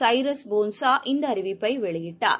சைரஸ் போன்சா இந்தஅறிவிப்பைவெளியிட்டார்